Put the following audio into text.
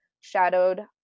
shadowed